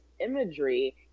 imagery